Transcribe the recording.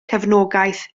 cefnogaeth